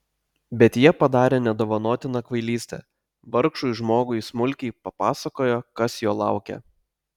bet jie padarė nedovanotiną kvailystę vargšui žmogui smulkiai papasakojo kas jo laukia